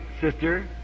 sister